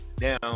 Now